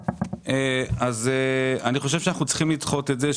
אז אני חושב שאנחנו צריכים לדחות את זה,